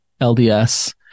LDS